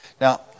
Now